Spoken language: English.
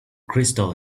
crystal